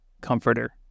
comforter